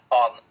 on